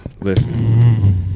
Listen